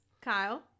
Kyle